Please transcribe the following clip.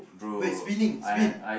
wait spinning spin